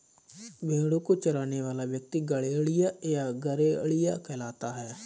भेंड़ों को चराने वाला व्यक्ति गड़ेड़िया या गरेड़िया कहलाता है